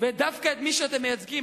ודווקא את מי שאתם מייצגים,